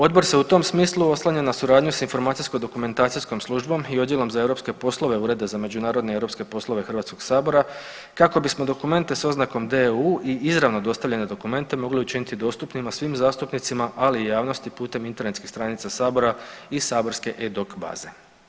Odbor se u tom smislu oslanja na suradnju s Informacijsko-dokumentacijskom službom i Odjelom za europske poslove Ureda za međunarodne i europske poslove Hrvatskoga sabora kako bismo dokumente s oznakom DEU i izravno dostavljene dokumente mogli učiniti dostupnima svim zastupnicima, ali i javnosti putem internestskih stranica Sabora i saborske e-doc baze.